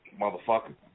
motherfucker